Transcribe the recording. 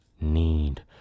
need